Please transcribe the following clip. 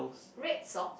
red socks